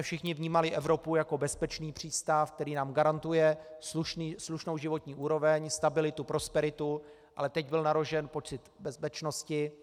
Všichni jsme vnímali Evropu jako bezpečný přístav, který nám garantuje slušnou životní úroveň, stabilitu, prosperitu, ale teď byl narušen pocit bezpečnosti.